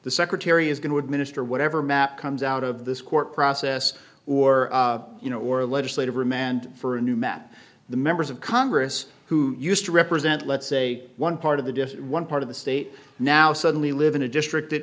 the secretary is going to administer whatever map comes out of this court process or you know or legislative remand for a new map the members of congress who used to represent let's say one part of the just one part of the state now suddenly live in a district